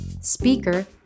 speaker